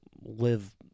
live